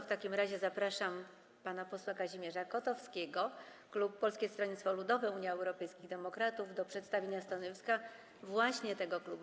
W takim razie zapraszam pana posła Kazimierza Kotowskiego, klub Polskiego Stronnictwa Ludowego - Unii Europejskich Demokratów, do przedstawienia stanowiska właśnie tego klubu.